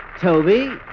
Toby